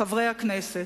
חברי הכנסת,